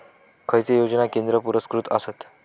खैचे योजना केंद्र पुरस्कृत आसत?